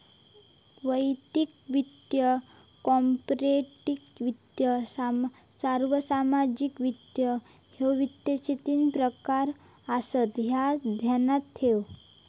वैयक्तिक वित्त, कॉर्पोरेट वित्त, सार्वजनिक वित्त, ह्ये वित्ताचे तीन प्रकार आसत, ह्या ध्यानात ठेव